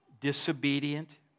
disobedient